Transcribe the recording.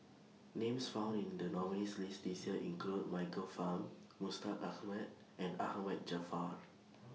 Names found in The nominees' list This Year include Michael Fam Mustaq Ahmad and Ahmad Jaafar